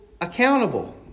accountable